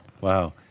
Wow